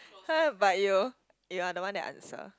!huh! but you you are the one that answer